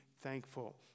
thankful